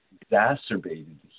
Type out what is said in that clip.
exacerbated